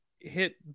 hit